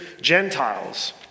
Gentiles